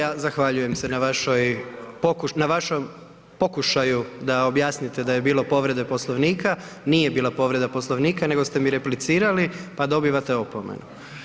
Kolega Grmoja, zahvaljujem se na vašem pokušaju da objasnite da je bilo povrede Poslovnika, nije bilo povrede Poslovnika nego ste mi replicirali pa dobivate opomenu.